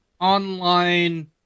online